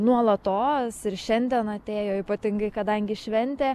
nuolatos ir šiandien atėjo ypatingai kadangi šventė